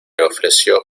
ofreció